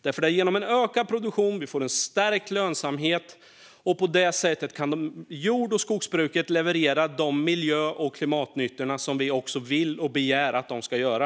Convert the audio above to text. Det är genom ökad produktion vi får stärkt lönsamhet, och på det sättet kan jord och skogsbruket leverera de miljö och klimatnyttor som vi vill och begär att de ska göra.